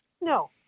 No